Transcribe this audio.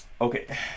okay